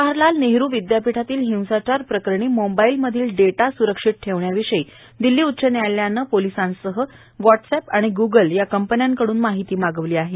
जवाहरलाल नेहरू विद्यापीठातील हिंसाचार प्रकरणी मोबाईलमधील डेटा स्ररक्षित ठेवण्याविषयी दिल्ली उच्च व्यायालयानं पोलिसांसह व्हॉट्सअॅप आणि ग्रगलकड्रन माहिती मागवली आहे